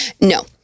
No